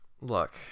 look